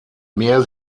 mehr